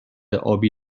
آبی